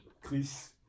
Chris